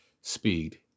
speed